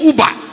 Uber